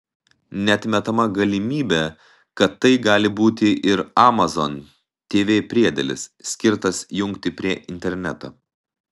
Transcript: neatmetama galimybė kad tai gali būti ir amazon tv priedėlis skirtas jungti prie interneto